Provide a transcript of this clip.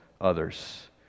others